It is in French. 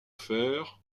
fer